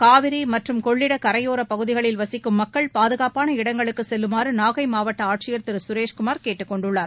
காவிரி மற்றும் கொள்ளிட கரையோரப் பகுதிகளில் வசிக்கும் மக்கள் பாதகாப்பான இடங்களுக்கு செல்லுமாறு நாகை மாவட்ட ஆட்சியர் திரு சுரேஷ்குமார் கேட்டுக்கொண்டுள்ளார்